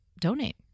donate